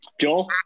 Joel